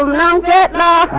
la la